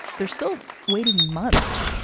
they're still waiting months,